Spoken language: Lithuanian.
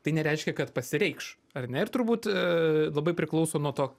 tai nereiškia kad pasireikš ar ne ir turbūt labai priklauso nuo to